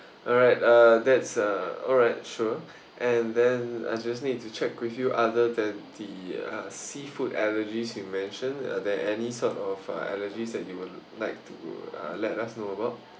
alright uh that's uh alright sure and then I just need to check with you other than the uh seafood allergies you mentioned are there any some of uh allergies that you would like to uh let us know about